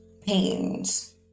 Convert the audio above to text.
pains